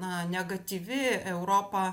na negatyvi europa